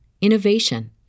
innovation